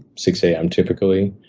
six am, typically.